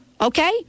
okay